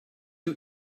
you